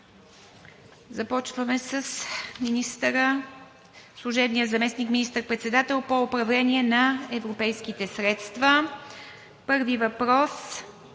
Започваме със служебния заместник министър-председател по управление на европейските средства. Първият въпрос